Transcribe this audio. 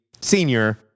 senior